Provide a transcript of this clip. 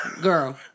Girl